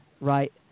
Right